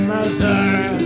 Missouri